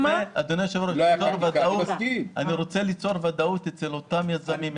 אני רוצה ליצור ודאות אצל היצרנים והיבואנים.